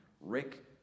Rick